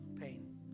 pain